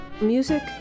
Music